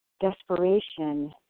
desperation